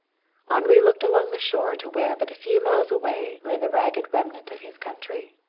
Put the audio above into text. henri looked along the shore to where but a few miles away lay the ragged remnant of his country.